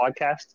podcast